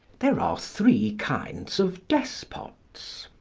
there are three kinds of despots.